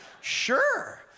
Sure